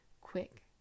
quick